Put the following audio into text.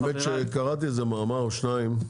האמת שקראתי על זה מאמר או שניים,